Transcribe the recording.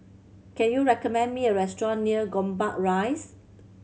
can you recommend me a restaurant near Gombak Rise